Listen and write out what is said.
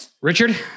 Richard